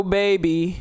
baby